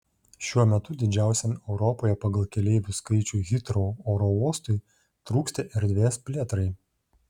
šiuo metu didžiausiam europoje pagal keleivių skaičių hitrou oro uostui trūksta erdvės plėtrai